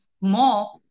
more